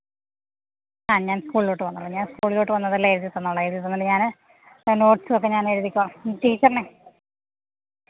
ആ ഞാൻ സ്കൂളിലോട്ട് വന്നോളാം ഞാൻ സ്കൂളിലോട്ട് വന്നിതെല്ലാം എഴുതിത്തന്നോളാം എഴുതിത്തന്നോളാം ഞാന് നോട്ട്സുമൊക്കെ ഞാൻ എഴുതിക്കോളാം ടീച്ചറിനെ